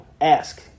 ask